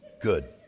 Good